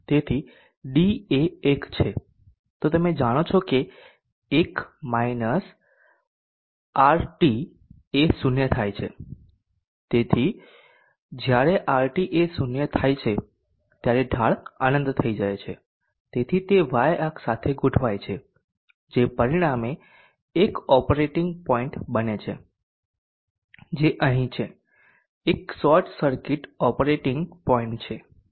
તેથી d એ 1 છે તો તમે જાણો છો કે 1 1 RT એ 0 થાય છે તેથી જ્યારે RT એ 0 થાય છે ત્યારે ઢાળ અનંત થઈ જાય છે તેથી તે y અક્ષ સાથે ગોઠવાયેલ છે જે પરિણામે એક ઓપરેટિંગ પોઈન્ટ બને છે જે અહીં છે એક શોર્ટ સર્કિટ ઓપરેટિંગ પોઇન્ટ છે